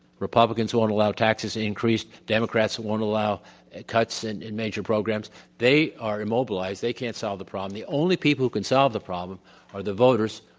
republicans won't allow taxes to increase, democrats won't allow cuts in in major programs they are immobilized, they can't solve the problem, the only people who can solve the problem are the voters,